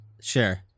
sure